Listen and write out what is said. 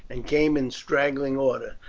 and came in straggling order,